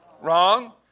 wrong